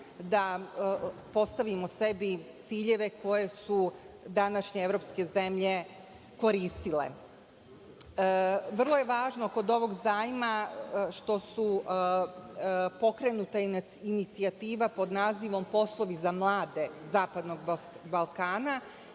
da postavimo sebi ciljeve koji su današnje evropske zemlje koristile. Vrlo je važno kod ovog zajma što je pokrenuta inicijativa pod nazivom – poslovi za mlade zapadnog Balkana,